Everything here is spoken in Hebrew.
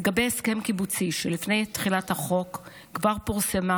לגבי הסכם קיבוצי שלפני תחילת החוק כבר פורסמה